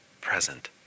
present